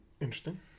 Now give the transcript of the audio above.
interesting